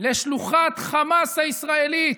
לשלוחת חמאס הישראלית.